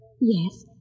Yes